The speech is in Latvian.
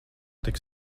tik